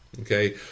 Okay